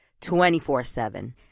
24-7